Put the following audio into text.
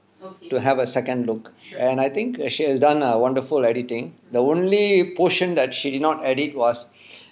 to have a second look and I think she has done a wonderful editing the only portion that she did not edit was